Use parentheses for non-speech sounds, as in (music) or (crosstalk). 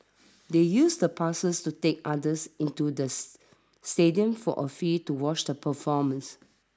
they used the passes to take others into the (unintelligible) stadium for a fee to watch the performance